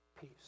peace